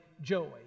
Joey